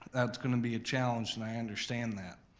that's gonna be a challenge and i understand that.